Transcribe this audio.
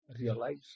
realize